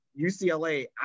UCLA